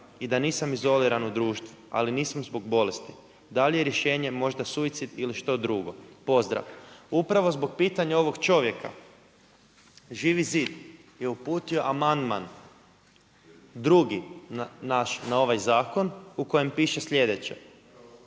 i da nisam izoliran u društvu, ali nisam zbog bolesti. Da li je rješenje možda suicid ili što drugo? Pozdrav!“ Upravo zbog pitanja ovog čovjeka Živi zid je uputio amandman drugi naš na ovaj zakon u kojem piše sljedeće